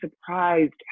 surprised